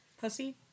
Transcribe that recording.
Pussy